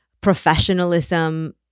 professionalism